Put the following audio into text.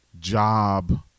job